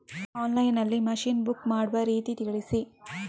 Online ನಲ್ಲಿ machine book ಮಾಡುವ ರೀತಿ ತಿಳಿಸಿ?